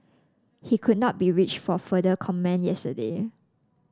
he could not be reached for further comment yesterday